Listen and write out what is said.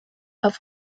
auf